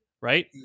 right